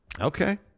okay